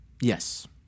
Yes